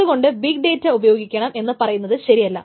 അതുകൊണ്ട് big data ഉപയോഗിക്കണം എന്ന് പറയുന്നത് ശരിയല്ല